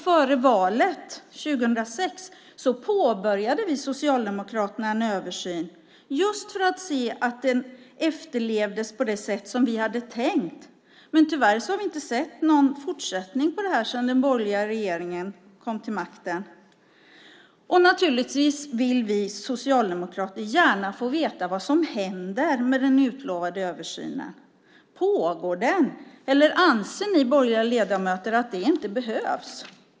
Före valet 2006 påbörjade vi socialdemokrater en översyn för att se att lagen efterlevdes på det sätt som vi hade tänkt. Tyvärr har vi inte sett någon fortsättning på detta sedan den borgerliga regeringen kom till makten. Naturligtvis vill vi socialdemokrater gärna få veta vad som händer med den utlovade översynen. Pågår den? Eller anser ni borgerliga ledamöter att den inte behövs?